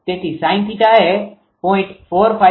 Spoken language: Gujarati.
તેથી sin𝜃 એ 0